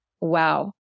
wow